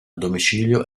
domicilio